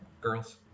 girls